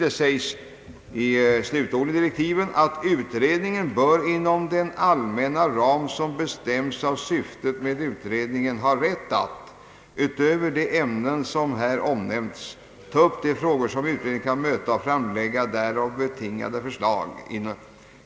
Det sägs i slutorden till direktiven: »Utredningen bör inom den allmänna ram som bestäms av syftet med utredningen ha rätt att, utöver de ämnen som här omnämnts, ta upp de frågor som utredningen kan möta och framlägga därav betingade förslag.